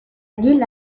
ville